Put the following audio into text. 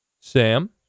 Sam